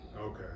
Okay